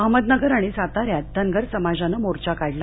अहमदनगर आणि साताऱ्यात धनगर समाजानं मोर्चा काढला